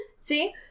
See